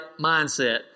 mindset